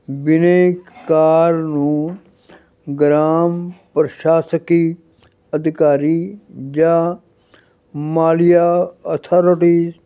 ਬਿਨੈਕਾਰ ਨੂੰ ਗ੍ਰਾਮ ਪ੍ਰਸ਼ਾਸ਼ਕੀ ਅਧਿਕਾਰੀ ਜਾਂ ਮਾਲੀਆ ਅਥੋਰਟੀ